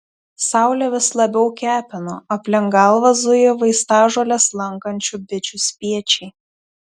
saulė vis labiau kepino aplink galvą zujo vaistažoles lankančių bičių spiečiai